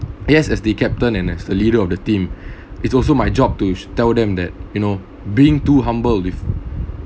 yes as the captain and as the leader of the team it's also my job to tell them that you know being too humble with